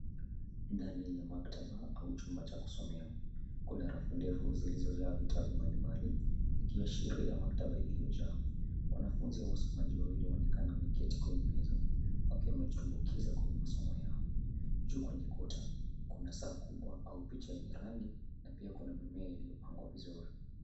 Ndani ya maktaba au chumba cha kusomea. Kuna rafu ndefu zilizojaa vitabu mbalimbali vikiashiria maktaba iliyojaa. Wanafunzi au wasomaji wawili wanaonekana wameketi kwenye meza wakiwa wamejitumbukiza kwenye masomo yao. Juu kwenye kuta kuna saa kubwa au picha yenye rangi na pia kuna mimea iliyopangwa vizuri.